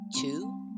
two